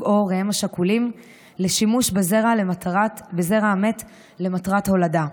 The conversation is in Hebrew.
או ההורים השכולים לשימוש בזרע המת למטרת הולדה.